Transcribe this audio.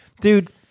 dude